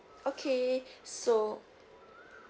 okay so